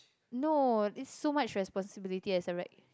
no is so much responsibility as a